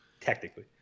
Technically